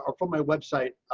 ah for my website.